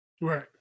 Right